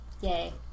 Yay